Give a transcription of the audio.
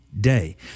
day